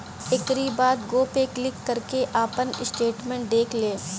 एकरी बाद गो पे क्लिक करके आपन स्टेटमेंट देख लें